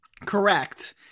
Correct